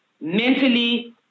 mentally